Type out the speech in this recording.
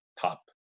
top